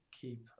keep